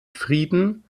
frieden